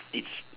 it's